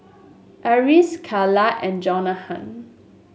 Eris Carla and